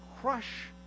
crush